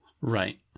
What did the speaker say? right